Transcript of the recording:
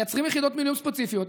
מייצרים יחידות מילואים ספציפיות.